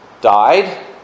died